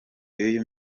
y’uyu